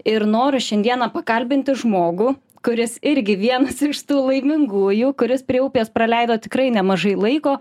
ir noriu šiandieną pakalbinti žmogų kuris irgi vienas iš tų laimingųjų kuris prie upės praleido tikrai nemažai laiko